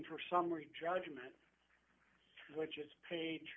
for summary judgment which is page